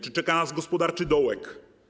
Czy czeka nas gospodarczy dołek?